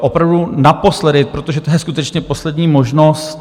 Opravdu naposledy, protože to je skutečně poslední možnost.